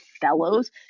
fellows